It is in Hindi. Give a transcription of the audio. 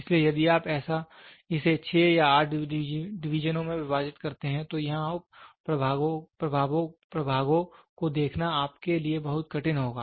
इसलिए यदि आप इसे 6 या 8 डिवीजनों में विभाजित करते हैं तो यहां उप प्रभागों को देखना आपके लिए बहुत कठिन होगा